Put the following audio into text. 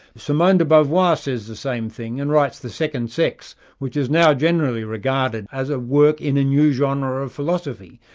simone de beauvoir says the same thing and writes the second sex, which is now generally regarded as a work in a new genre of philosophy.